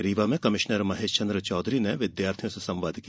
रीवा में कमिश्नर महेशचंद्र चौधरी ने विद्यार्थियों से संवाद किया